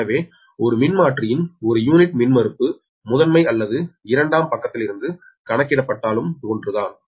எனவே ஒரு மின்மாற்றியின் ஒரு யூனிட் மின்மறுப்பு முதன்மை அல்லது இரண்டாம் பக்கத்திலிருந்து கணக்கிடப்பட்டாலும் ஒன்றுதான்